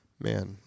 man